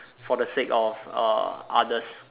for the sake of uh others